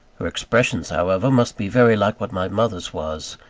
her expressions however, must be very like what my mother's was.